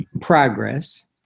progress